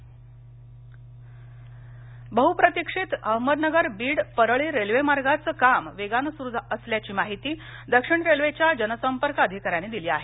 railway Ahmednagar बहुप्रतीक्षित Ahmednagar Beed Parli railway मार्गाचं काम वेगानं सुरू असल्याची माहिती दक्षिण रेल्वेच्या जनसंपर्क अधिकाऱ्यांनी दिली आहे